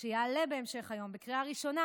שיעלה בהמשך היום בקריאה ראשונה,